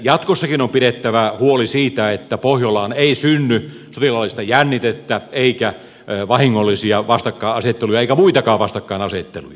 jatkossakin on pidettävä huoli siitä että pohjolaan ei synny sotilaallista jännitettä eikä vahingollisia vastakkainasetteluja eikä muitakaan vastakkainasetteluja